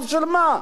בשביל מה?